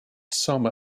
some